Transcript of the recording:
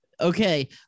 Okay